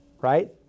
right